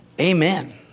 Amen